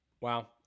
Wow